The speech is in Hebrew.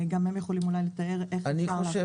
גם הם יכולים אולי להסביר איך אפשר להפנות --- אני חושב,